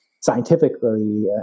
scientifically